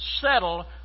settle